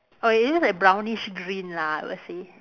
oh it is like brownish green lah I would say